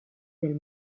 del